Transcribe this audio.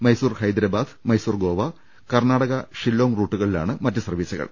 Mysore Hyderabad Mysore Goa Karnataka Shillong റൂട്ടുകളിലാണ് മറ്റ് സർവ്വീസുകൾ